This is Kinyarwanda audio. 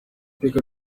teka